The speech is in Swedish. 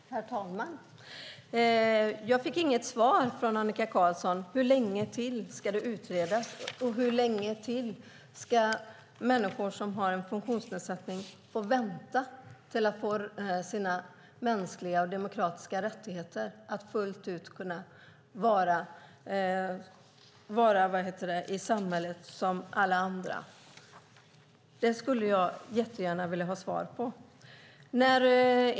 Herr talman! Jag fick inget svar från Annika Qarlsson om hur länge till det ska utredas och hur länge till människor som har en funktionsnedsättning ska vänta på att få sina mänskliga och demokratiska rättigheter tillgodosedda för att kunna vara i samhället fullt ut som alla andra. Det skulle jag jättegärna vilja ha svar på.